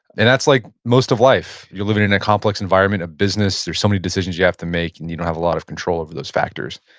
and that's like most of life you're living in a complex environment of business, there's so many decisions you have to make, and you don't have a lot of control over those factors.